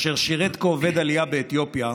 אשר שירת כעובד עלייה באתיופיה,